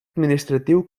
administratiu